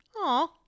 Aw